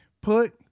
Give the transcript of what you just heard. put